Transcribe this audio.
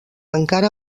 encara